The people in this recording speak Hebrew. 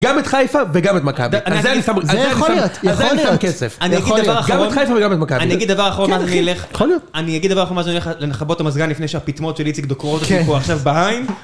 גם את חיפה וגם את מכבי, אז זה יכול להיות, יכול להיות כסף. אני אגיד דבר אחרון, אני אגיד דבר אחרון, אז אני אלך, אני אגיד דבר אחרון, אז אני אלך לכבות המזגן לפני שהפטמות של איציק דוקרות אותי עוד פעם פה עכשיו בעין.